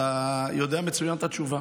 אתה יודע מצוין את התשובה,